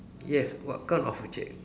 yes what kind of object